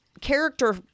character